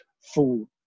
food